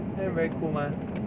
then very cool mah